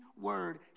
word